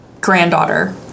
granddaughter